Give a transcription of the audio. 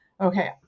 okay